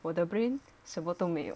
where the brain 什么都没有